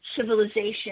civilization